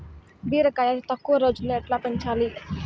బీరకాయ అతి తక్కువ రోజుల్లో ఎట్లా పెంచాలి?